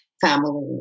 family